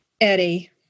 Eddie